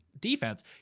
defense